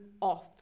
off